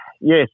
yes